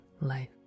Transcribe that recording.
life